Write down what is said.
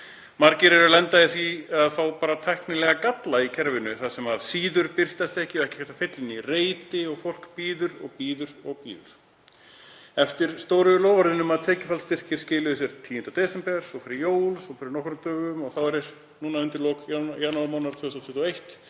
Margir lenda í því að fá bara tæknilega galla í kerfinu þar sem síður birtast ekki og ekki er hægt að fylla inn í reiti og fólk bíður og bíður. Eftir stóru loforðin um að tekjufallsstyrkir skiluðu sér 10. desember, svo fyrir jól, svo fyrir nokkrum dögum, þá var núna undir lok janúarmánaðar 2021